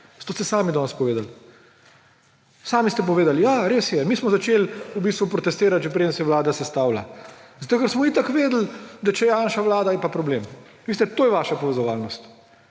To ste sami danes povedali. Sami ste povedali – ja, res je, mi smo začeli v bistvu protestirati, še preden se je vlada sestavila, zato ker smo itak vedeli, da če Janša vlada, je pa problem. To je vaša povezovalnost.